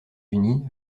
unis